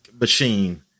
Machine